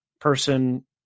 person